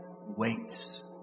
waits